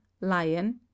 lion